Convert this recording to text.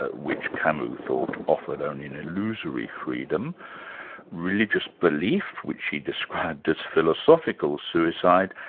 ah which camus thought offered only an illusory freedom religious belief, which he described as philosophical suicide,